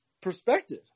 perspective